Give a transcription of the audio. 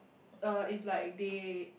uh if like they